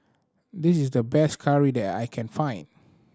this is the best curry that I can find